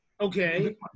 Okay